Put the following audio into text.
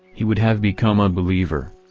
he would have become a believer.